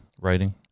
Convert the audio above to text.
writing